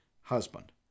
husband